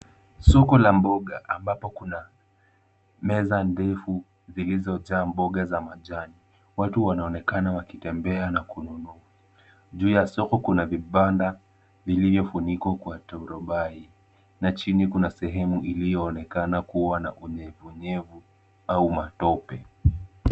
Soko la mboga ambapo kuna meza ndefu zilizo jaa mboga za majani. Watu wanaonekana wakitembea na Kununua . Juu ya soko kuna vibanda vilivyo funikwa kwa tandibai na chini kuna sehemu iliyo onekana kua na unyevu nyevu au matope.